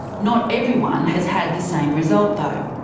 not everyone has had the same result though.